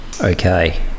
okay